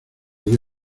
dió